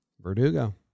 verdugo